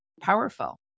powerful